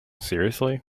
seriously